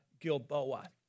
Gilboa